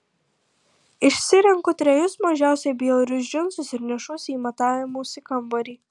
išsirenku trejus mažiausiai bjaurius džinsus ir nešuosi į matavimosi kambarį